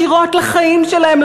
ישירות לחיים שלהם,